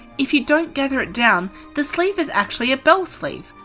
if you don't gather it down the sleeve is actually a bell sleeve,